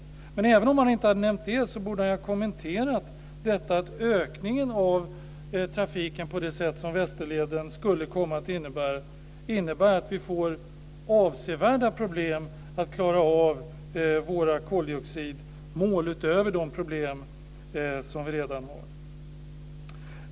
Men även om Björn Rosengren inte hade nämnt det borde han ju ha kommenterat detta att ökningen av trafiken på det sätt som Västerleden skulle komma att innebära för med sig att vi får avsevärda problem att klara av våra koldioxidmål utöver de problem som vi redan har.